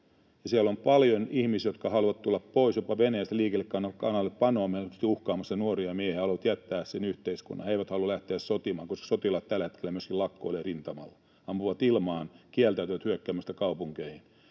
siellä on paljon ihmisiä, jotka haluavat tulla pois, jopa paeta venäläistä liikekannallepanoa, mikä tietysti on uhkaamassa nuoria miehiä. He haluavat jättää sen yhteiskunnan, he eivät halua lähteä sotimaan, koska sotilaat tällä hetkellä myöskin lakkoilevat rintamalla, ampuvat ilmaan ja kieltäytyvät hyökkäämästä kaupunkeihin